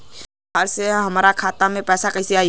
बाहर से हमरा खाता में पैसा कैसे आई?